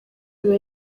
biba